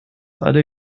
alle